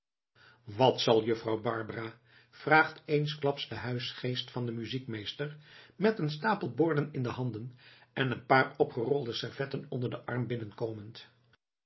wat zal juffrouw barbara vraagt eensklaps de huisgeest van den muziekmeester met een stapel borden in de handen en een paar opgerolde servetten onder den arm binnenkomend